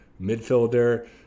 midfielder